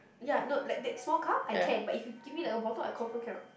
ya no like that small cup I can but if you give me like a bottle I confirm cannot